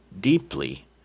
deeply